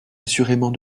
assurément